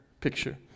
picture